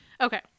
Okay